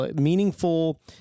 meaningful